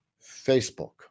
Facebook